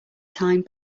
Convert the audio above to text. time